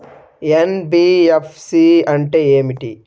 NBFC అంటే ఏమిటి?